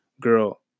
girl